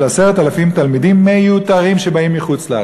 10,000 תלמידים מיותרים שבאים מחו"ל.